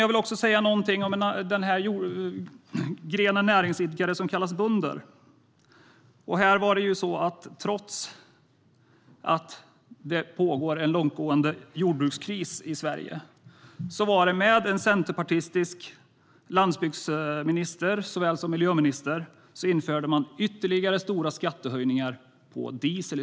Jag vill säga någonting om den gren näringsidkare som kallas bönder. Trots att det pågår en långtgående jordbrukskris i Sverige var det med centerpartistisk landsbygdsminister såväl som miljöminister som man införde ytterligare stora skattehöjningar på diesel.